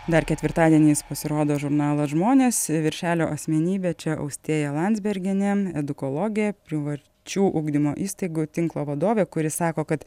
dar ketvirtadieniais pasirodo žurnalo žmonės viršelio asmenybė čia austėja landsbergienė edukologė privačių ugdymo įstaigų tinklo vadovė kuri sako kad